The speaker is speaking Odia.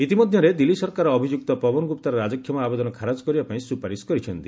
ଇତିମଧ୍ୟରେ ଦିଲ୍ଲୀ ସରକାର ଅଭିଯୁକ୍ତ ପବନ ଗୁପ୍ତାର ରାଜକ୍ଷମା ଆବେଦନ ଖାରଜ କରିବା ପାଇଁ ସୁପାରିଶ କରିଛନ୍ତି